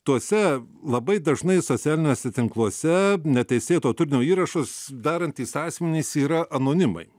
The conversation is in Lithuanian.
tuose labai dažnai socialiniuose tinkluose neteisėto turinio įrašus darantys asmenys yra anonimai